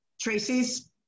Tracy's